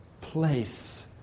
place